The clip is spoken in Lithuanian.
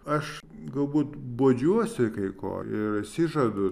aš galbūt bodžiuosi kai ko ir atsižadu